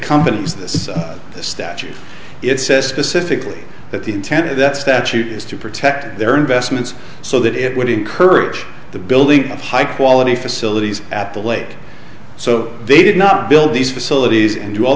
companies this statute it says specifically that the intent of that statute is to protect their investments so that it would encourage the building of high quality facilities at the lake so they did not build these facilities and do all